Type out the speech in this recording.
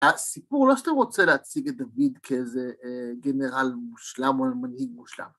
הסיפור לא סתם רוצה להציג את דוד כאיזה גנרל מושלם או מנהיג מושלם.